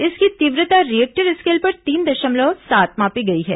इसकी तीव्रता Richter scale पर तीन दशमलव सात मापी गई है